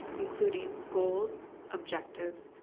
including goals, objectives,